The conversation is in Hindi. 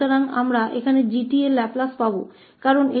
तो हम यहाँ 𝑔𝑡 का लाप्लास प्राप्त करेंगे